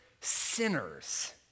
sinners